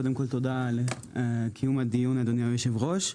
קודם כל, תודה על קיום הדיון, אדוני היושב ראש.